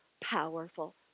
powerful